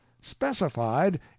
specified